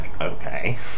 okay